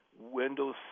Windows